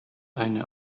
eine